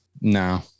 No